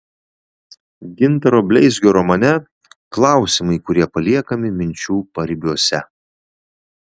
gintaro bleizgio romane klausimai kurie paliekami minčių paribiuose